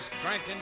Drinking